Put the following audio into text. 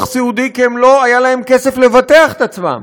סיעודי כי לא היה להם כסף לבטח את עצמם.